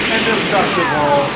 Indestructible